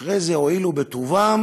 ואחרי זה הואילו בטובם,